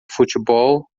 futebol